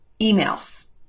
emails